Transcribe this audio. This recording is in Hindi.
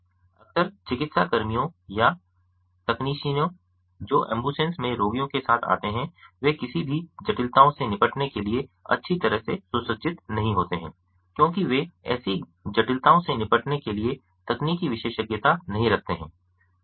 अक्सर चिकित्सा कर्मियों या तकनीशियनों जो एम्बुलेंस में रोगियों के साथ आते हैं वे किसी भी जटिलताओं से निपटने के लिए अच्छी तरह से सुसज्जित नहीं होते है क्योंकि वे ऐसी जटिलताओं से निपटने के लिए तकनीकी विशेषज्ञता नहीं रखते हैं